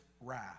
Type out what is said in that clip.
wrath